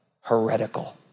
heretical